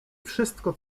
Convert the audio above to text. wszystko